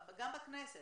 גם בכנסת,